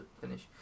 finish